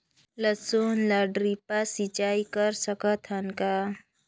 लसुन ल ड्रिप सिंचाई कर सकत हन का?